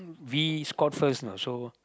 we scored first know so